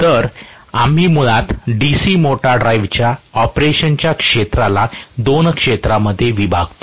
तर आम्ही मुळात DC मोटर ड्राइव्हच्या ऑपरेशनच्या क्षेत्राला 2 क्षेत्रांमध्ये विभागतो